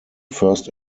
first